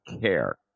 care